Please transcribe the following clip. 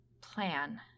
plan